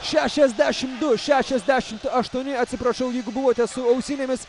šešiasdešim du šešiasdešim aštuoni atsiprašau jeigu buvote su ausinėmis